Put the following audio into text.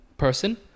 Person